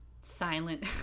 silent